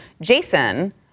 Jason